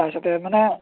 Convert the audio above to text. তাৰপিছতে মানে